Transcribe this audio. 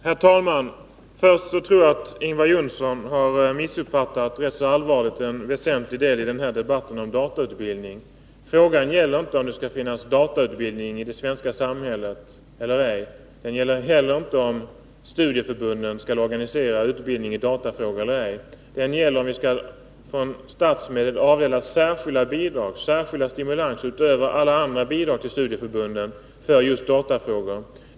Herr talman! Jag tror att Ingvar Johnsson rätt allvarligt har missuppfattat en väsentlig del av debatten om datautbildning. Frågan gäller inte om det skall finnas datautbildning i det svenska samhället eller ej. Den gäller inte heller om studieförbunden skall organisera utbildning i datafrågor eller ej. Den gäller om vi från statsmedel skall avdela särskilda bidrag, särskilda stimulanser utöver alla andra bidrag till studieförbunden, för just datafrågor.